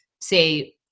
say